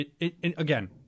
again